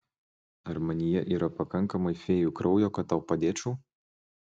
ar manyje yra pakankamai fėjų kraujo kad tau padėčiau